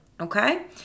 Okay